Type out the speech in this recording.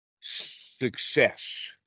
success